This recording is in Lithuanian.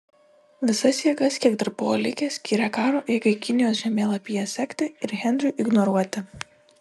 visas jėgas kiek dar buvo likę skyrė karo eigai kinijos žemėlapyje sekti ir henriui ignoruoti